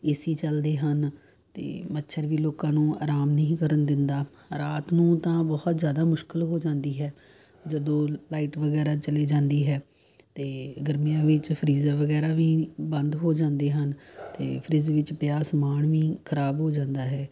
ਏ C ਚੱਲਦੇ ਹਨ ਅਤੇ ਮੱਛਰ ਵੀ ਲੋਕਾਂ ਨੂੰ ਆਰਾਮ ਨਹੀਂ ਕਰਨ ਦਿੰਦਾ ਰਾਤ ਨੂੰ ਤਾਂ ਬਹੁਤ ਜ਼ਿਆਦਾ ਮੁਸ਼ਕਿਲ ਹੋ ਜਾਂਦੀ ਹੈ ਜਦੋਂ ਲਾਈਟ ਵਗੈਰਾ ਚਲੀ ਜਾਂਦੀ ਹੈ ਅਤੇ ਗਰਮੀਆਂ ਵਿੱਚ ਫਰੀਜ਼ਰ ਵਗੈਰਾ ਵੀ ਬੰਦ ਹੋ ਜਾਂਦੇ ਹਨ ਅਤੇ ਫਰਿਜ ਵਿੱਚ ਪਿਆ ਸਮਾਨ ਵੀ ਖ਼ਰਾਬ ਹੋ ਜਾਂਦਾ ਹੈ